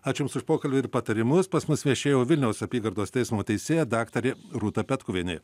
ačiū jums už pokalbį ir patarimus pas mus viešėjo vilniaus apygardos teismo teisėja daktarė rūta petkuvienė